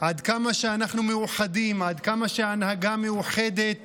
עד כמה אנחנו מאוחדים, עד כמה ההנהגה מאוחדת